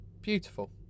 Beautiful